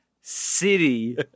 City